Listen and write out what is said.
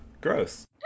gross